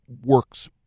works